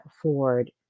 afford